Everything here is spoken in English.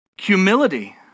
humility